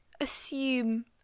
assume